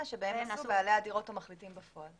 שבהם נשאו בעלי הדירות המחליטים בפועל,